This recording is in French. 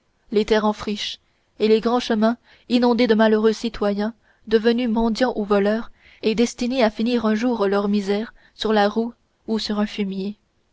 les terres en friche et les grands chemins inondés de malheureux citoyens devenus mendiants ou voleurs et destinés à finir un jour leur misère sur la roue ou sur un fumier